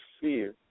fear